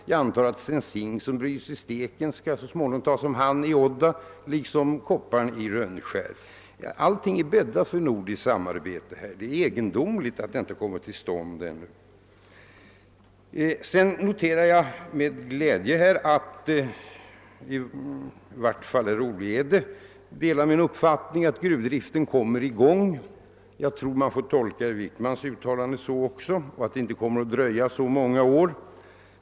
Jag antar att också den zink som bryts i Stekenjokk så småningom skall tas om hand i Odda. Allting är bäddat för nordiskt samarbete — det är egendomligt att det inte också kommit till stånd ute på fyndplatserna. Jag noterar med glädje att i vart fall herr Olhede delar min uppfattning att gruvdriften kommer i gång inom en inte alltför avlägsen framtid. Jag tror man får tolka herr Wickmans uttalande så också, att det inte kommer att dröja så många år.